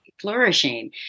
flourishing